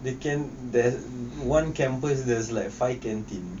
they can that one campus there's like five canteen